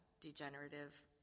degenerative